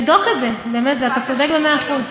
נבדוק את זה, אתה צודק במאה אחוז.